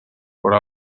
però